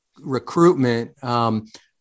recruitment